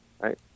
Right